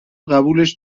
قبولش